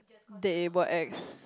they what ex